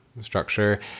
structure